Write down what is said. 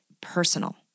personal